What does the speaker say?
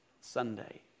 Sunday